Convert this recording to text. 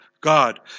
God